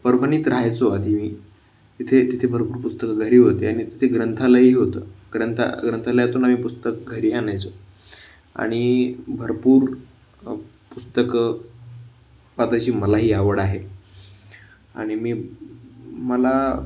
परभणीत राहायचो आधी मी तिथे तिथे भरपूर पुस्तकं घरी होते आणि तिथे ग्रंथालयही होतं ग्रंथा ग्रंथालयातून आम्ही पुस्तक घरी आणायचो आणि भरपूर पुस्तकं वाचायची मलाही आवड आहे आणि मी मला